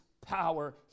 power